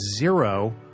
zero